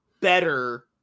better